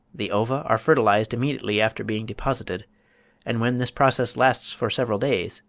the ova are fertilised immediately after being deposited and when this process lasts for several days,